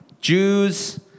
Jews